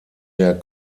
der